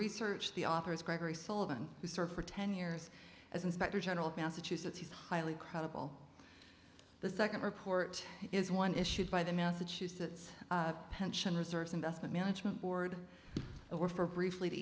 research the author is gregory sullivan sir for ten years as inspector general of massachusetts he's highly credible the second report is one issued by the massachusetts pension reserves investment management board or for briefly